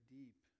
deep